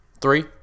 Three